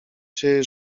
czy